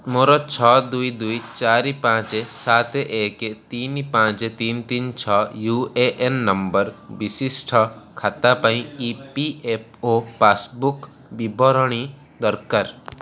ମୋର ଛଅ ଦୁଇ ଦୁଇ ଚାରି ପାଞ୍ଚ ସାତ ଏକ ତିନି ପାଞ୍ଚ ତିନ ତିନ ଛଅ ୟୁ ଏ ଏନ୍ ନମ୍ବର୍ ବିଶିଷ୍ଟ ଖାତା ପାଇଁ ଇ ପି ଏଫ୍ ଓ ପାସ୍ବୁକ୍ ବିବରଣୀ ଦରକାର